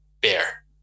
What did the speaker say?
bear